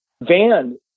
van